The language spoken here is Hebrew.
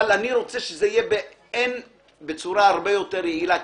אבל אני רוצה שזה יהיה בצורה הרבה יותר יעילה,